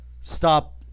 stop